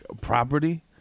property